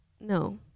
No